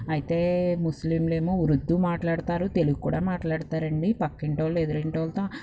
అయితే ముస్లింలేమో ఉర్దు మాట్లాడతారు తెలుగు కూడా మాట్లాడతారండి పక్కింటోళ్ళు ఎదురింటోళ్ళతో